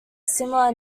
similar